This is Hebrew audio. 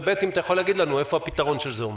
וכן, האם אתה יכול להגיד לנו איפה הפתרון עומד?